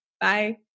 Bye